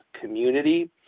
community